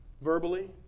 Verbally